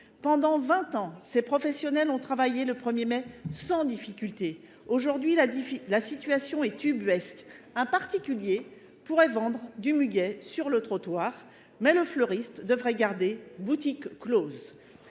Pendant 20 ans, ces professionnels ont travaillé le 1er mai sans difficulté. Aujourd'hui, la situation est tubuesque. Un particulier pourrait vendre du muguet sur le trottoir, mais le fleuriste devrait garder boutique close.